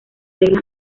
reglas